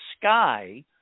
sky